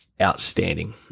outstanding